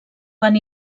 van